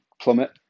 plummet